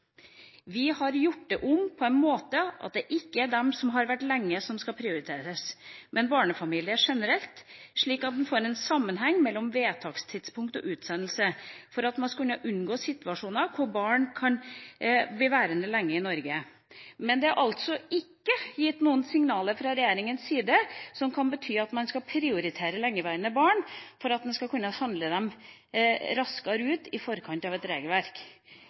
vi ikke gjort.» Og videre sa han: «Vi har gjort det om, på den måten at det ikke er de som har vært lenge, som skal prioriteres, men barnefamilier generelt, slik at en får en sammenheng mellom vedtakstidspunkt og utsendelse, for at man skal unngå situasjoner hvor barn blir værende veldig lenge i Norge. Men det er altså ikke sendt noen signaler fra regjeringens side som skal bety at en skal prioritere lengeværende barn for at man skal kunne sende dem raskere ut i forkant av et regelverk.